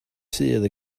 sul